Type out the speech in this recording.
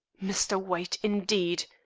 mr. white, indeed!